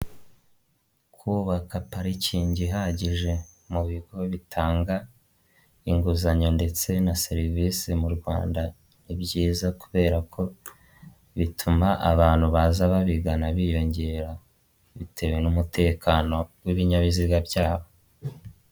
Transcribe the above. Kubaka parikingi ihagije, mu bigo bitanga inguzanyo ndetse na serivisi mu Rwanda, ni byiza kubera ko bituma abantu baza babigana biyongera, bitewe n'umutekano w'ibinyabiziga byabo.